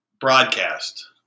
broadcast